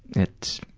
it's.